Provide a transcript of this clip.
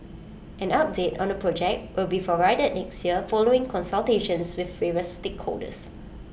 an update on the project will be provided next year following consultations with favours stakeholders